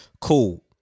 cool